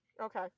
okay